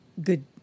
Good